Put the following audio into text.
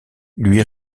lui